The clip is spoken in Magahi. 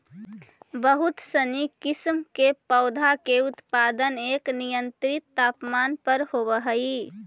बहुत सनी किस्म के पौधा के उत्पादन एक नियंत्रित तापमान पर होवऽ हइ